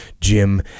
Jim